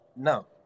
No